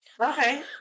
Okay